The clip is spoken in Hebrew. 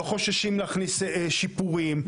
לא חוששים להכניס שיפורים.